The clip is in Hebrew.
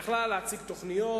היא יכלה להציג תוכניות